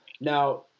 now